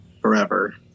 forever